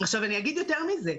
אני אגיד יותר מזה,